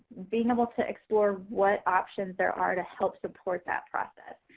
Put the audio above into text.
being able to explore what options there are to help support that process.